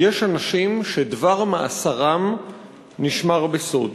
יש אנשים שדבר מאסרם נשמר בסוד?